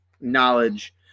knowledge